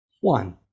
One